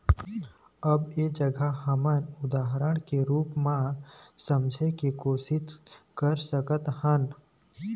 अब ऐ जघा हमन ह उदाहरन के रुप म समझे के कोशिस कर सकत हन